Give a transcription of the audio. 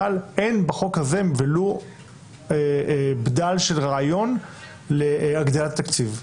אבל אין בחוק הזה ולו בדל של רעיון להגדלת תקציב.